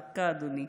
דקה, אדוני.